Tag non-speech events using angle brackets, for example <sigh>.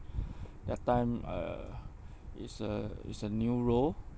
<breath> that time uh <breath> it's a it's a new role